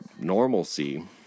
normalcy